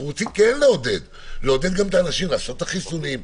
אנחנו רוצים לעודד אנשים לעשות את החיסונים,